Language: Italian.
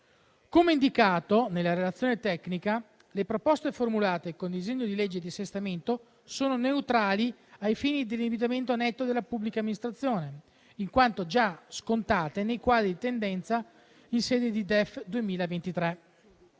Come indicato nella relazione tecnica, le proposte formulate con il disegno di legge di assestamento sono neutrali ai fini dell'indebitamento netto della Pubblica Amministrazione, in quanto già scontate nei quadri tendenziali in sede di DEF 2023.